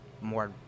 more